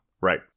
Right